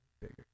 bigger